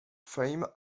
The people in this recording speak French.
fame